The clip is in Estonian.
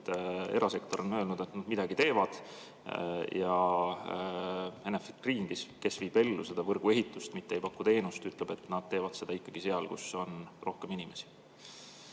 et erasektor on öelnud, et nad midagi teevad. Enefit Green, kes viib ellu seda võrgu ehitust, mitte ei paku teenust, ütleb, et nad teevad seda ikkagi seal, kus on rohkem inimesi.